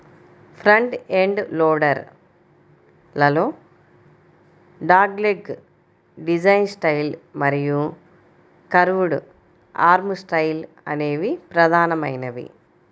front end loader లలో dogleg design style మరియు curved arm style అనేవి ప్రధానమైనవి